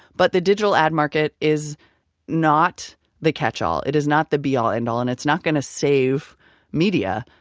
but the digital ad market is not the catchall. it is not the be all, end all, and it's not going to save media.